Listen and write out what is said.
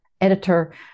editor